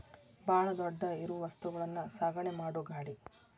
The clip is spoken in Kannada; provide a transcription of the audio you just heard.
ಬಾಳ ದೊಡ್ಡ ಇರು ವಸ್ತುಗಳನ್ನು ಸಾಗಣೆ ಮಾಡು ಗಾಡಿ